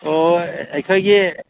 ꯑꯣ ꯑꯩꯈꯣꯏꯒꯤ